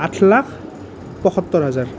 আঠ লাখ পয়সত্তৰ হাজাৰ